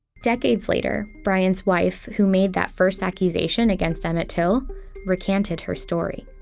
decades later, bryant's wife who made that first accusation against emmett till recanted her story.